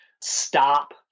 stop